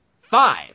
five